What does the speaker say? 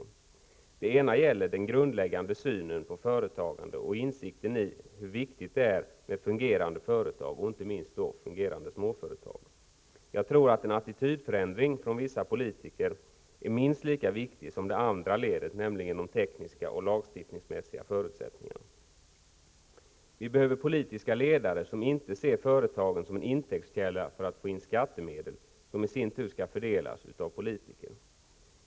Det gäller till att börja med den grundläggande synen på företagande och insikten i hur viktigt det är med fungerande företag och inte minst småföretag. Jag tror att en attitydförändring hos vissa politiker är minst lika viktig som det andra ledet, nämligen de tekniska och lagstiftningsmässiga förutsättningarna. Vi behöver politiska ledare som inte ser företagen som en intäktskälla för att få in skattemedel, som i sin tur skall fördelas av politiker.